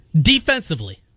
defensively